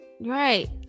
right